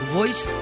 Voice